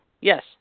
Yes